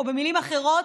ובמילים אחרות,